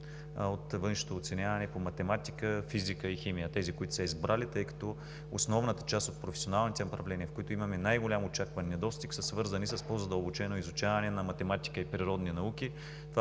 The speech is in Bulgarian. от външното оценяване по математика, физика и химия – тези, които са избрали, тъй като основната част от професионалните направления, в които имаме най-голям очакван недостиг, са свързани с по-задълбочено изучаване на математика и природни науки.